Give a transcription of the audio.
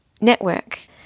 network